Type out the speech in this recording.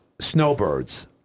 snowbirds